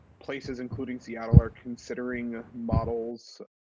places, including seattle, are considering models,